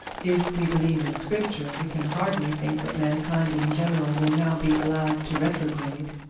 if we believe in scripture, we can hardly think that mankind in general will now be allowed to retrograde